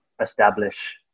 establish